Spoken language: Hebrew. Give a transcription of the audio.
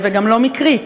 וגם לא מקרית,